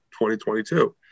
2022